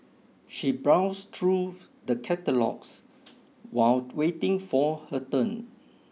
she browsed through the catalogues while waiting for her turn